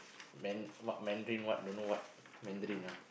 man what mandarin what don't know what mandarin ah